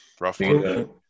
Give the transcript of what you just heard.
roughly